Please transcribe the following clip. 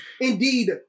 indeed